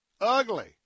ugly